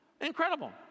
Incredible